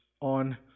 on